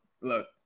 look